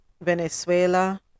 Venezuela